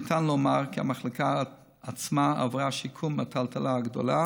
ניתן לומר כי המחלקה עצמה עברה שיקום מהטלטלה הגדולה